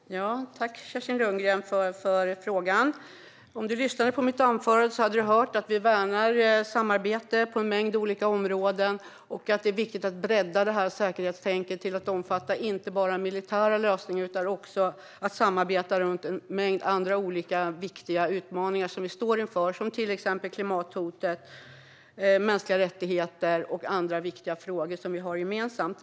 Fru talman! Jag tackar Kerstin Lundgren för frågan. Om du hade lyssnat på mitt anförande, Kerstin Lundgren, hade du hört att vi värnar samarbete på en mängd olika områden och att det är viktigt att bredda detta säkerhetstänk till att omfatta inte bara militära lösningar utan också samarbete om en mängd andra viktiga utmaningar som vi står inför, till exempel klimathotet, mänskliga rättigheter och andra viktiga frågor som vi har gemensamt.